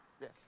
Yes